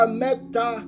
meta